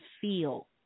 feel